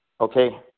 Okay